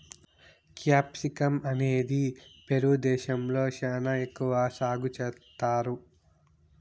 capsicum అనేది Peru దేశంలో శ్యానా ఎక్కువ సాగు చేత్తారు